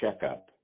checkup